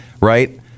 Right